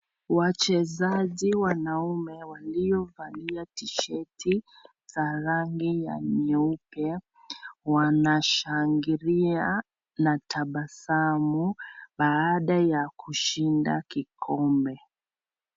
Wachezaji wanaume waliovalia (CS)tisheti(CS) la rangi nyeupe, wanashangilia na tabasamu baada ya kushinda kikombe.